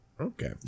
Okay